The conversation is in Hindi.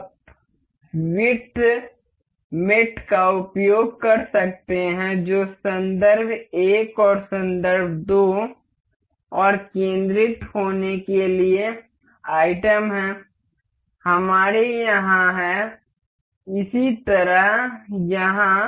आप विड्थ मेट का उपयोग कर सकते हैं जो संदर्भ 1 और संदर्भ 2 और केंद्रित होने के लिए आइटम है हमारे यहाँ है इसी तरह यहाँ